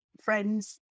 friends